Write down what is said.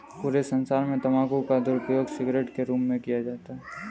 पूरे संसार में तम्बाकू का दुरूपयोग सिगरेट के रूप में किया जाता है